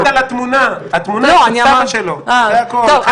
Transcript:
את שאלת על התמונה, התמונה של סבא שלו, זה הכול.